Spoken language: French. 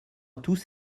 tous